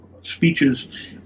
speeches